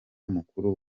mukuru